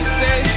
say